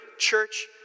church